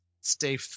stay